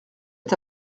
est